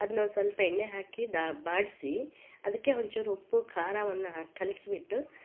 ಅದ್ನ ಒಂದು ಸ್ವಲ್ಪ ಎಣ್ಣೆ ಹಾಕಿ ಬಾಡ್ಸಿ ಅದಕ್ಕೆ ಒಂದು ಸ್ವಲ್ಪ ಉಪ್ಪು ಖಾರವನ್ನಾ ಹಾಕಿ ಕಲ್ಸ್ಬಿಟ್ಟು